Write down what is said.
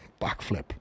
backflip